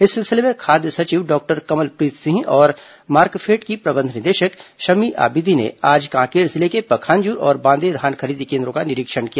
इस सिलसिले में खाद्य सचिव डॉक्टर कमलप्रीत सिंह और मार्कफेड की प्रबंध निदेशक शम्मी आबिदी ने आज कांकेर जिले के पखांजूर और बांदे धान खरीदी केन्द्रों का निरीक्षण किया